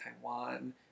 Taiwan